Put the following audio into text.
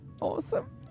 Awesome